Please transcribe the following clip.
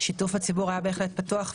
שיתוף הציבור היה בהחלט פתוח,